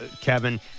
Kevin